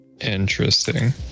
Interesting